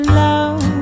love